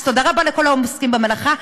אז תודה רבה לכל העוסקים במלאכה,